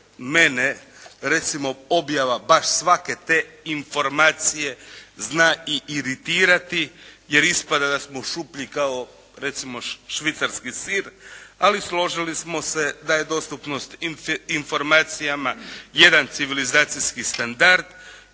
mene recimo objava baš svake te informacije zna i iritirati, jer ispada da smo šuplji kao recimo švicarski sir. Ali složili smo se da je dostupnost informacijama jedan civilizacijski standard